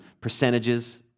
percentages